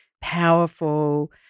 powerful